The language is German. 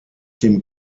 dem